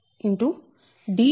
dac